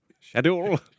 Schedule